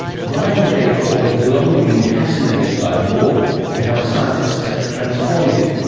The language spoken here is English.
brian j ford has long been fascinated by war and how scientists have transformed it,